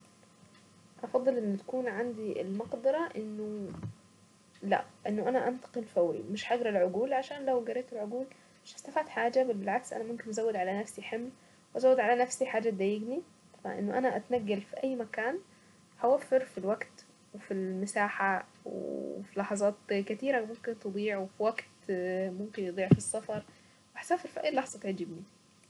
أفضل ان تكون عندي المقدرة انه لأ انه انا انتقل فوري مش هقرأ العقول عشان لو قرأت العقول مش هستفاد حاجة، بل بالعكس انا ممكن ازود على نفسي حمل، وازود على نفسي حاجة تضايقني فانه انا اتنقل في اي مكان هوفر في الوقت، وفي المساحة، وفي لحظات كثيرة ممكن تضيع ووقت ممكن يضيع في السفر. هسافر في اي لحظة تعجبني.